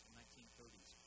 1930s